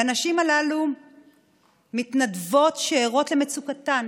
לנשים הללו מתנדבות שערות למצוקתן,